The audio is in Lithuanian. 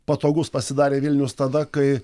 patogus pasidarė vilnius tada kai